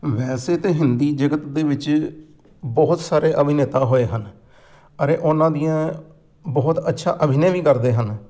ਵੈਸੇ ਤਾਂ ਹਿੰਦੀ ਜਗਤ ਦੇ ਵਿੱਚ ਬਹੁਤ ਸਾਰੇ ਅਭਿਨੇਤਾ ਹੋਏ ਹਨ ਅਰੇ ਉਹਨਾਂ ਦੀਆਂ ਬਹੁਤ ਅੱਛਾ ਅਭਿਨੇ ਵੀ ਕਰਦੇ ਹਨ